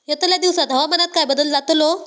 यतल्या दिवसात हवामानात काय बदल जातलो?